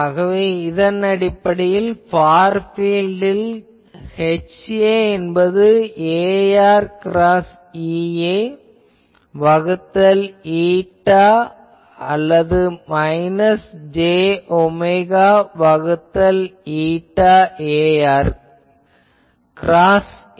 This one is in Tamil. ஆகவே இதன் அடிப்படையில் ஃபார் பீல்டில் HA என்பது ar கிராஸ் EA வகுத்தல் η அல்லது மைனஸ் j ஒமேகா வகுத்தல் η ar கிராஸ் A